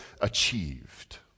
achieved